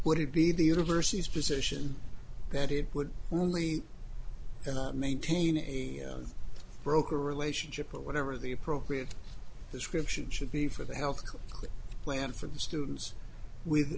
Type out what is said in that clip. would it be the university's position that it would only maintain a broker relationship or whatever the appropriate description should be for the health care plan for the students with